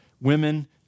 Women